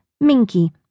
Minky